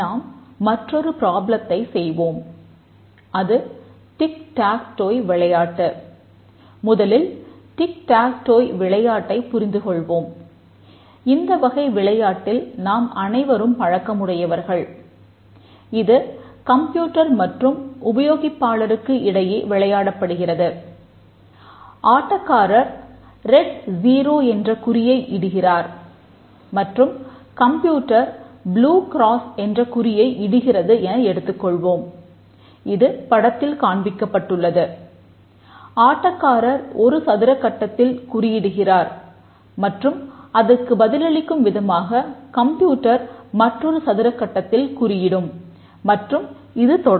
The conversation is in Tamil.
நாம் மற்றுமொரு ப்ராப்ளத்தை மற்றொரு சதுரக்கட்டத்தில் குறியிடும் மற்றும் இது தொடரும்